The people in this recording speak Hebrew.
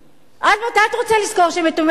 עד מתי את רוצה לזכור שהם יתומים?